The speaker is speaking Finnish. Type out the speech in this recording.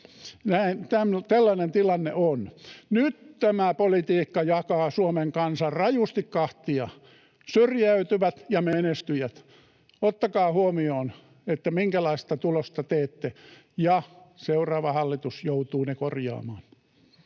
Tällainen tilanne on. Nyt tämä politiikka jakaa Suomen kansan rajusti kahtia: syrjäytyvät ja menestyjät. Ottakaa huomioon, minkälaista tulosta teette, ja seuraava hallitus joutuu sen korjaamaan.